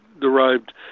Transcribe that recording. derived